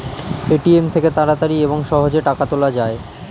ATM থেকে তাড়াতাড়ি এবং সহজে টাকা তোলা যায়